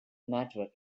network